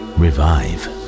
revive